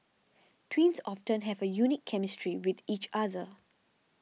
twins often have a unique chemistry with each other